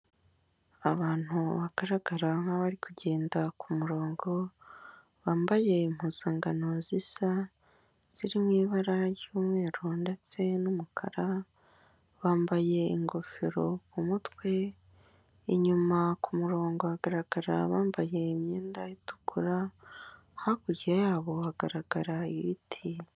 Abantu bagaragara nk'abari kugenda ku murongo bambaye impuzangano zisa, ziri mu ibara ry'umweru ndetse n'umukara, bambaye ingofero ku mutwe, inyuma ku murongo hagaragara abambaye imyenda itukura hakurya yabo hagaragara ibiti.